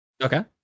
Okay